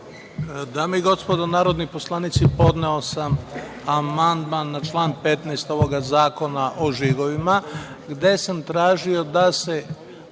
Dame i gospodo narodni poslanici, podneo sam amandman na član 15. ovoga Zakona o žigovima, gde sam tražio da se